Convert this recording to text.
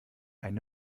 eine